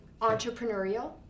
Entrepreneurial